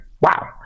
Wow